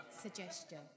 suggestion